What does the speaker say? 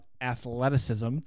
athleticism